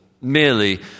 merely